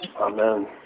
Amen